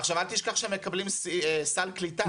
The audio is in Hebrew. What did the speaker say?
עכשיו אל תשכח שהם מקבלים סל קליטה,